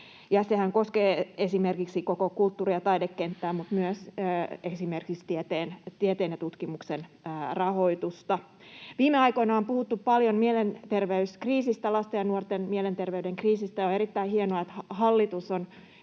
koskee esimerkiksi koko kulttuuri‑ ja taidekenttää, mutta myös esimerkiksi tieteen ja tutkimuksen rahoitusta. Viime aikoina on puhuttu paljon mielenterveyskriisistä, lasten ja nuorten mielenterveyden kriisistä. On erittäin hienoa, että hallitus on